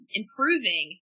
improving